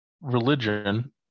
religion